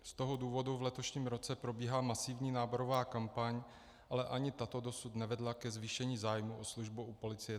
Z toho důvodu v letošním roce probíhá masivní náborová kampaň, ale ani ta dosud nevedla ke zvýšení zájmu o službu u Policie ČR.